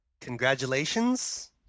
congratulations